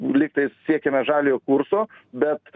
lygtais siekiame žaliojo kurso bet